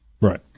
Right